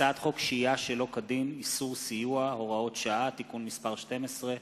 הצעת חוק שהייה שלא כדין (איסור סיוע) (הוראות שעה) (תיקון מס' 12),